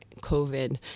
COVID